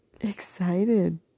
excited